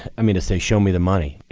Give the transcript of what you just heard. i mean to say, show me the money.